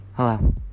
Hello